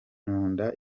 nkunda